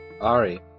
Ari